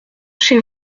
chez